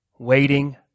waiting